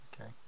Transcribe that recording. Okay